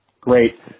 Great